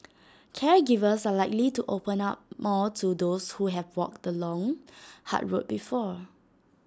caregivers are likely to open up more to those who have walked the long hard road before